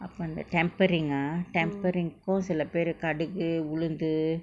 ah but the tampering ah tampering கு சிலபேர்:ku silaper kaduhu உளுந்து:ulunthu